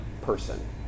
person